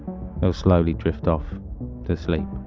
ah slowly drift off to sleep